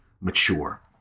mature